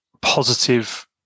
positive